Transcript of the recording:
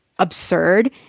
absurd